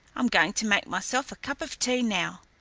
i'm going to make myself a cup of tea now.